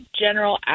general